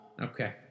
Okay